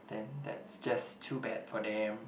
then that's just too bad for them